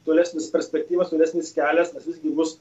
tolesnės perspektyvos tolesnis kelias nes visgi bus